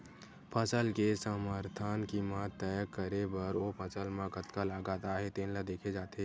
फसल के समरथन कीमत तय करे बर ओ फसल म कतका लागत आए हे तेन ल देखे जाथे